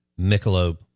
Michelob